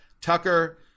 Tucker